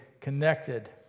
connected